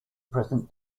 present